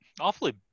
Awfully